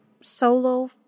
solo